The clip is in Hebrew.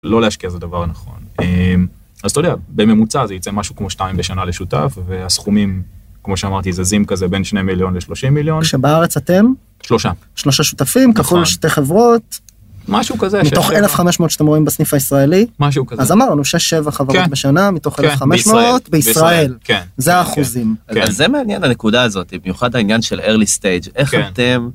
לא להשקיע זה דבר נכון אז אתה יודע בממוצע זה יצא משהו כמו שתיים בשנה לשותף והסכומים כמו שאמרתי זה זזים כזה בין שני מיליון ל-30 מיליון כשבארץ אתם שלושה שלושה שותפים כפול שתי חברות משהו כזה מתוך 1500 שאתם רואים בסניף הישראלי משהו כזה אז אמרנו שש שבע חברות בשנה מתוך 1500 בישראל כן זה אחוזים אז זה מעניין הנקודה הזאתי במיוחד העניין של early stage איך אתם.